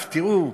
תראו,